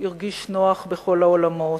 הרגיש נוח בכל העולמות,